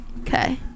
Okay